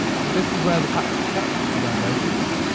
so this is where the packs are kept, if you download these.